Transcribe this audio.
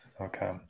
Okay